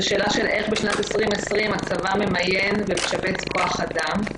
זה שאלה של איך בשנת 2020 הצבא ממיין ומשבץ כוח אדם.